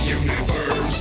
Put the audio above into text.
universe